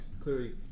clearly